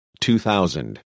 2000